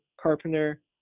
Carpenter